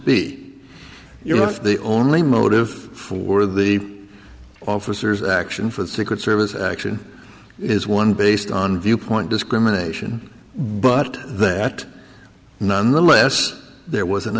the only motive for the officers action for the secret service action is one based on viewpoint discrimination but that nonetheless there was an